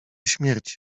śmierć